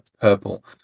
purple